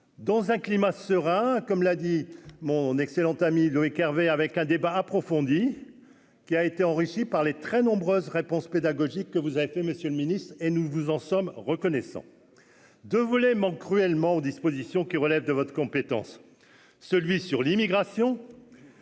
dans un climat serein, comme l'a dit mon excellent ami Loïc Hervé avec un débat approfondi qui a été enrichi par les très nombreuses réponses pédagogiques que vous avez fait, monsieur le Ministre, et nous vous en sommes reconnaissants de voler manque cruellement aux dispositions qui relève de votre compétence, celui sur l'immigration